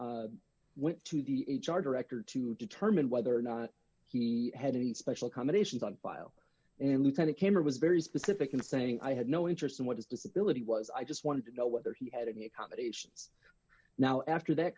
cannick went to the h r director to determine whether or not he had any special combinations on file and we kind of came or was very specific in saying i had no interest in what is disability was i just wanted to know whether he had any accommodations now after that